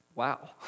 wow